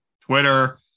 Twitter